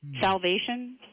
Salvation